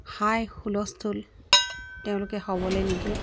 হাই হুলস্থুল তেওঁলোকে হ'বলৈ নিদিয়ে